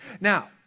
now